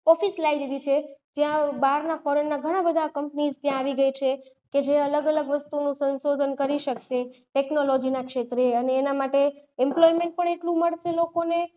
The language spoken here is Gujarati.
ઓફિસ લાવી દીધી છે જ્યાં બહારનાં ફોરેનનાં ઘણાં બધા કંપનીસ ત્યાં આવી ગઈ છે કે જે અલગ અલગ વસ્તુનું સંશોધન કરી શકશે ટેકનોલીજીનાં ક્ષેત્રે અને એના માટે એમ્પ્લોયમેંટ પણ એટલું મળશે લોકોને